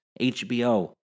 HBO